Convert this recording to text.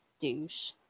douche